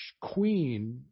queen